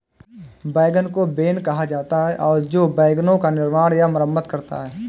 wagon को wain कहा जाता था और जो वैगनों का निर्माण या मरम्मत करता है